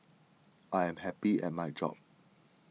I am happy at my job